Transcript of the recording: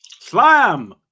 Slam